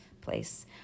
place